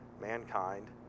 mankind